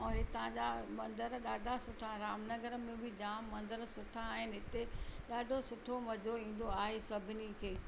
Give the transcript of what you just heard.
ऐं हितां जा मंदर ॾाढा सुठा रामनगर में बि जाम मंदर सुठा आहिनि हिते ॾाढो सुठो मज़ो ईंदो आहे सभिनी खे